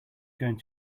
going